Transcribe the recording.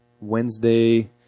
Wednesday